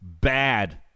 bad